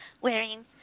wearing